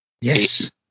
yes